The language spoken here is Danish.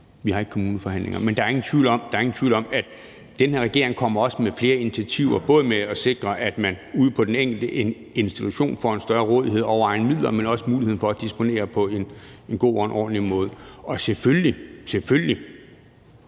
Vi har ikke kommuneforhandlinger, men der er ingen tvivl om, at den her regering også kommer med flere initiativer for at sikre, at man ude på den enkelte institution både får større rådighed over egne midler, men også mulighed for at disponere på en god og en ordentlig måde. Hvis der er